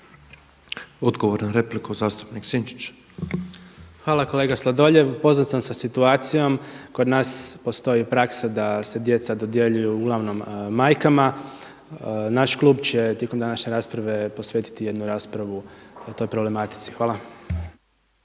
Ivan Vilibor (Živi zid)** Hvala kolega Sladoljev. Upoznat sam sa situacijom. Kod nas postoji praksa da se djeca dodjeljuju uglavnom majkama, naš klub će tijekom današnje rasprave posvetiti jednu raspravu toj problematici. Hvala.